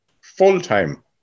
full-time